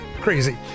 Crazy